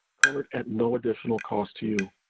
covered at no additional cost to you.